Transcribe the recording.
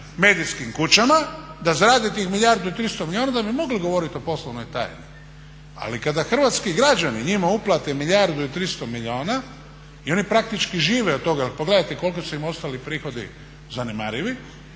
medijskim kućama, da zarade tih milijardu i 300 milijuna onda bi mogli govorit o poslovnoj tajni, ali kada hrvatski građani njima uplate milijardu i 300 milijuna i oni praktički žive od toga, jer pogledajte koliki su im ostali prihodi, zanemarivi,